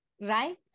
right